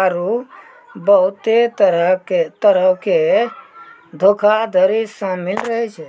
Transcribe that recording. आरु बहुते तरहो के धोखाधड़ी शामिल रहै छै